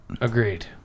Agreed